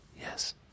Yes